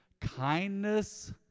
kindness